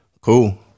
Cool